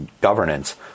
governance